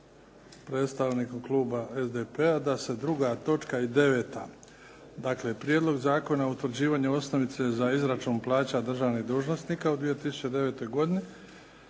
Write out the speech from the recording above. predstavnikom kluba SDP-a da se 2. točka i 9., dakle Prijedlog zakona o utvrđivanju osnovice za izračun plaća državnih dužnosnika u 2009. godini,